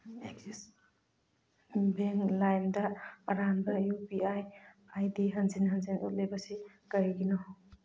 axis Bank ꯂꯥꯏꯝꯗ ꯑꯔꯥꯟꯕ U P I I D ꯍꯟꯖꯤꯟ ꯍꯟꯖꯤꯟ ꯎꯠꯂꯤꯕꯁꯤ ꯀꯔꯤꯒꯤꯅꯣ